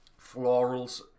Florals